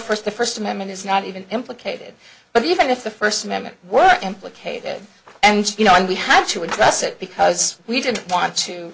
first the first amendment is not even implicated but even if the first amendment work implicated and you know and we have to address it because we didn't want to